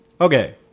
okay